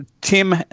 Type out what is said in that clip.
Tim